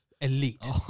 elite